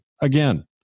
again